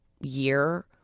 year